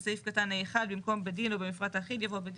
בסעיף קטן ה(1) במקום "בדין ובמפרט האחיד"